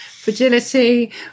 fragility